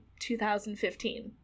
2015